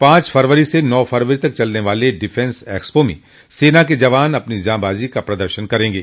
पांच फरवरी से नौ फरवरी तक चलने वाले डिफेंस एक्सपो में सेना के जवान अपनी जाबाजी का प्रदर्शन करेंगे